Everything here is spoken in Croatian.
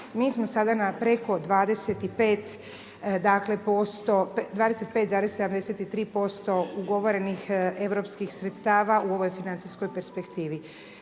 Mi smo sada na preko 25,73% ugovorenih europskih sredstava u ovoj financijskoj perspektivi.